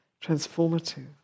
transformative